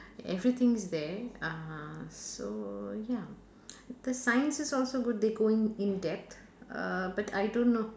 everything is there (uh huh) so ya the science is also good they go in in depth uh but I don't know